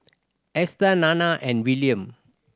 Easter Nana and Willian